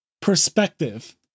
perspective